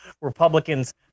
Republicans